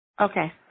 Okay